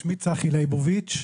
שמי צחי ליבוביץ,